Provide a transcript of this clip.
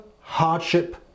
hardship